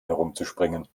herumzuspringen